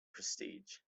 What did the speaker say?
prestige